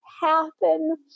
Happen